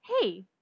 hey